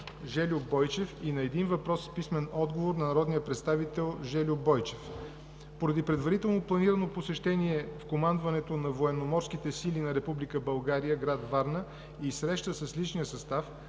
Жельо Бойчев, и на един въпрос с писмен отговор от народния представител Жельо Бойчев. Поради предварително планирано посещение в Командването на Военноморските сили на Република България, град Варна, и среща с личния състав